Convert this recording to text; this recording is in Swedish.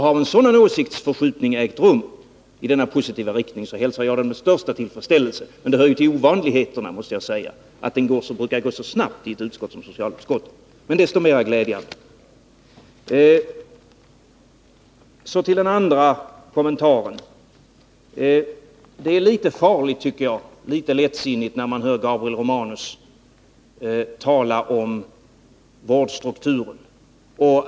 Har en sådan åsiktsförskjutning ägt rum i denna positiva riktning, hälsar jag det med största tillfredsställelse. Men det hör till ovanligheten att det går så snabbt i ett utskott som socialutskottet. Desto mer glädjande är det emellertid. Så till den andra kommentaren. Jag tycker att Gabriel Romanus talar litet lättsinnigt om vårdstrukturen.